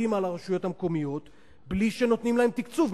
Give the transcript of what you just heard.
שמשיתים על הרשויות המקומיות בלי שנותנים להן תקציב.